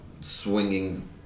swinging